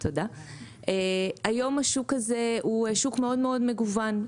כיום השוק הזה הוא שוק מאוד-מאוד מגוון,